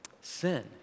sin